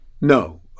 No